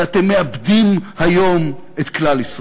ואתם מאבדים היום את כלל ישראל.